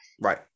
Right